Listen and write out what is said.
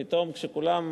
פתאום, כשכולם